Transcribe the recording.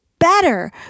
Better